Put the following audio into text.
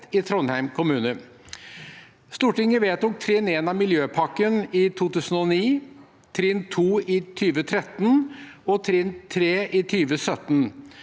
i Trondheim kommune. Stortinget vedtok trinn 1 av miljøpakken i 2009, trinn 2 i 2013 og trinn 3 i 2017.